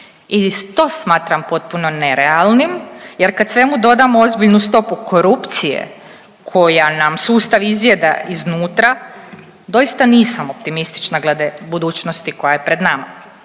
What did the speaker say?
i to smatram potpuno nerealnim jer kad svemu dodamo ozbiljnu stopu korupcije koja nam sustav izjeda iznutra, doista nisam optimistična glede budućnosti koja je pred nama.